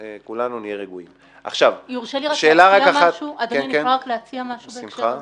אדוני, אני רוצה להציע משהו.